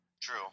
True